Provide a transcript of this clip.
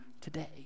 today